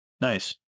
nice